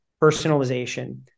personalization